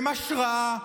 הם השראה.